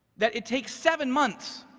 that it takes seven months